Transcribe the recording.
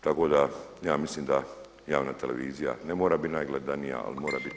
Tako da ja mislim da javna televizija ne mora biti najgledanija, ali mora biti